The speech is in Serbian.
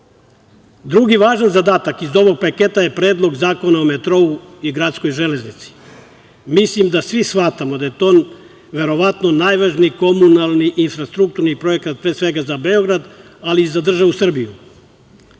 važan zadatak iz ovog paketa je Predlog zakona o metrou i gradskoj železnici. Mislim da svi shvatamo da je to verovatno najvažniji komunalni i infrastrukturni projekat, pre svega za Beograd, ali i za državu Srbiju.